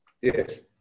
Yes